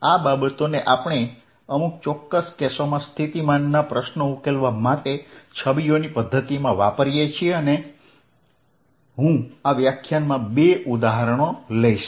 આ બાબતોને આપણે અમુક ચોક્કસ કેસોમાં સ્થિતિમાનના પ્રશ્નો ઉકેલવા માટે છબીઓની પદ્ધતિમાં વાપરીએ છીએ અને હું આ વ્યાખ્યાનમાં બે ઉદાહરણો લઈશ